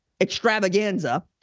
extravaganza